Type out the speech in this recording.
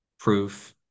Proof